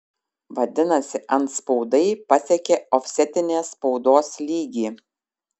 vadinasi antspaudai pasiekė ofsetinės spaudos lygį